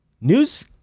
News